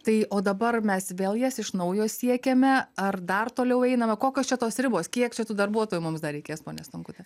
tai o dabar mes vėl jas iš naujo siekiame ar dar toliau einame kokios čia tos ribos kiek čia tų darbuotojų mums dar reikės ponia stonkute